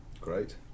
Great